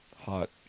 hot